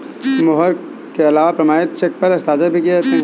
मोहर के अलावा प्रमाणिक चेक पर हस्ताक्षर भी किये जाते हैं